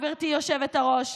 גברתי היושבת-ראש,